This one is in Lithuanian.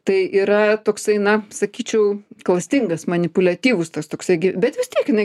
tai yra toksai na sakyčiau klastingas manipuliatyvus tas toksai gi bet vis tiek jinai